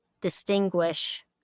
distinguish